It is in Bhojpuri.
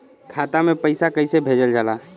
खाता में पैसा कैसे भेजल जाला?